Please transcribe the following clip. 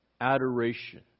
adoration